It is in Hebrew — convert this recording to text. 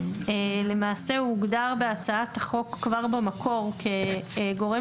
למעשה הוא הוגדר בהצעת החוק כבר במקור כגורם